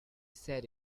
said